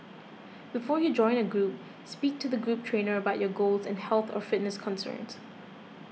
before you join a group speak to the group trainer about your goals and health or fitness concerns